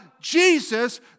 Jesus